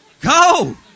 Go